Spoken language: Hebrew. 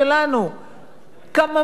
כמה מיליונים בודדים קוראים,